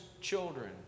children